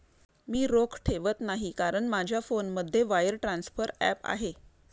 मी रोख ठेवत नाही कारण माझ्या फोनमध्ये वायर ट्रान्सफर ॲप आहे